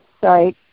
sorry